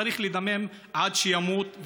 צריך לדמם עד שימות,